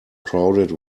crowded